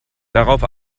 darauf